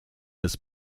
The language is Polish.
bez